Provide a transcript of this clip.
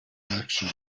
action